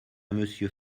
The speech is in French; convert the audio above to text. monsieur